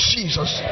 Jesus